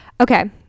Okay